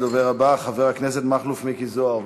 הדובר הבא, חבר הכנסת מכלוף מיקי זוהר.